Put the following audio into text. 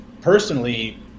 personally